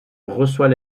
reçoit